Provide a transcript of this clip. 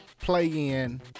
play-in